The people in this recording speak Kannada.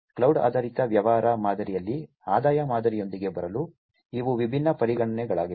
ಕ್ಲೌಡ್ ಆಧಾರಿತ ವ್ಯವಹಾರ ಮಾದರಿಯಲ್ಲಿ ಆದಾಯ ಮಾದರಿಯೊಂದಿಗೆ ಬರಲು ಇವು ವಿಭಿನ್ನ ಪರಿಗಣನೆಗಳಾಗಿವೆ